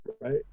right